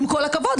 עם כל הכבוד,